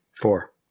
Four